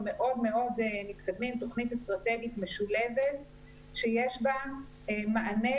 מאוד מאוד מתקדמים תוכנית אסטרטגית משולבת שיש בה מענה